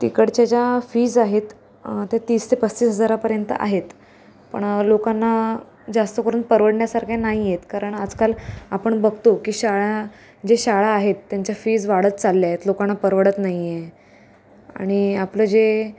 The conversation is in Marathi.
तिकडच्या ज्या फीज आहेत ते तीस ते पस्तीस हजारापर्यंत आहेत पण लोकांना जास्तकरून परवडण्यासारखे नाही आहेत कारण आजकाल आपण बघतो की शाळा जे शाळा आहेत त्यांच्या फीज वाढत चालल्या आहेत लोकांना परवडत नाही आहे आणि आपलं जे